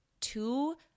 two